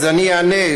אז אני אענה.